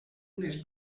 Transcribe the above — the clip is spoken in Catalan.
unes